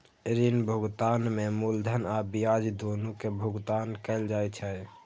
ऋण भुगतान में मूलधन आ ब्याज, दुनू के भुगतान कैल जाइ छै